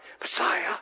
Messiah